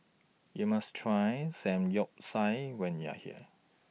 YOU must Try Samgyeopsal when YOU Are here